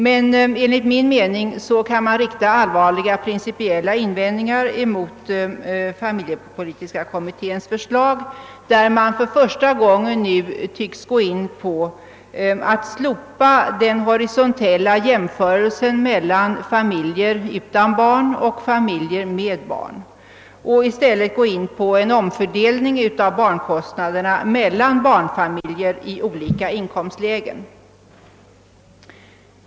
Men enligt min mening kan det riktas allvarliga principiella invändningar mot familjepolitiska kommitténs förslag, där man för första gången tycks vilja slopa den horisontella jämförelsen mellan familjer med och utan barn och i stället gå in för en omfördelning av barnkostnaderna mellan barnfamiljer i olika inkomstlägen.